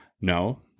no